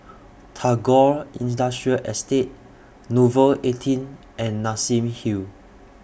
Tagore Industrial Estate Nouvel eighteen and Nassim Hill